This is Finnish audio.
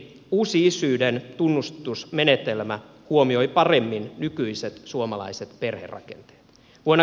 uusi isyyden tunnustusmenetelmä huomioi paremmin nykyiset suomalaiset perherakenteet